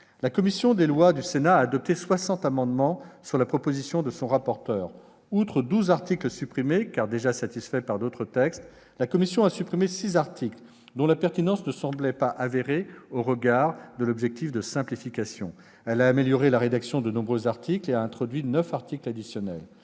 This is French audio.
La commission des lois a adopté soixante amendements sur la proposition de son rapporteur. Outre douze articles supprimés, car déjà satisfaits par d'autres textes, la commission a supprimé six articles dont la pertinence ne semblait pas avérée au regard de l'objectif de simplification. Elle a amélioré la rédaction de nombreux articles et a introduit neuf articles additionnels.